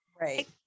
Right